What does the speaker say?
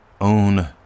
own